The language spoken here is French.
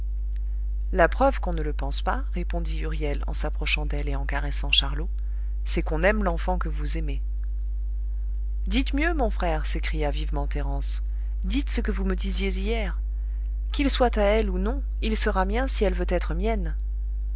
la preuve qu'on ne le pense pas répondit huriel en s'approchant d'elle et en caressant charlot c'est qu'on aime l'enfant que vous aimez dites mieux mon frère s'écria vivement thérence dites ce que vous me disiez hier qu'il soit à elle ou non il sera mien si elle veut être mienne